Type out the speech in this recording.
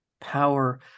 power